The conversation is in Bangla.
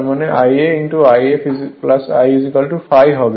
মানে Ia If I ∅ হবে